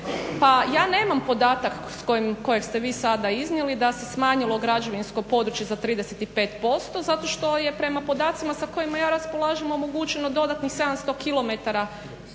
pa ja nemam podatak kojeg ste vi sada iznijeli da se smanjilo građevinsko područje za 35% zato što je prema podacima sa kojima ja raspolažem omogućeno dodatnih 700 km